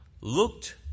looked